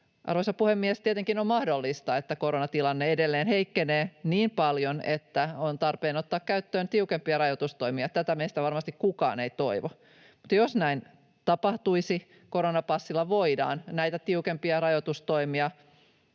Arvoisa puhemies! Tietenkin on mahdollista, että koronatilanne edelleen heikkenee niin paljon, että on tarpeen ottaa käyttöön tiukempia rajoitustoimia. Tätä meistä varmasti kukaan ei toivo, mutta jos näin tapahtuisi, koronapassilla voidaan näitä tiukempia rajoitustoimia